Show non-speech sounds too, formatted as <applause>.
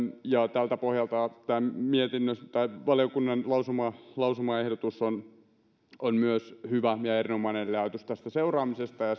tältä pohjalta valiokunnan lausumaehdotus on on myös hyvä ja erinomainen eli ajatus tästä seuraamisesta ja <unintelligible>